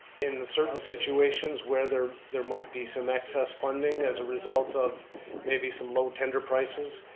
in the certain situations where there there might be some excess funding as a result of maybe some low tender prices,